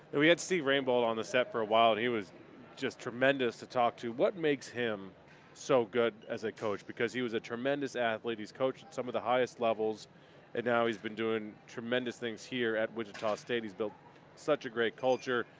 and we had steve rainbolt on the set for awhile and he was tremendous to talk to. what makes him so good as a coach? because he was a tremendous athlete. he's coached some of the highest levels and now he's been doing tremendous things here at wichita state. he's built such a great culture.